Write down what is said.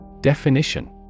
DEFINITION